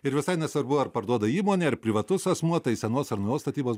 ir visai nesvarbu ar parduoda įmonė ar privatus asmuo tai senos ar naujos statybos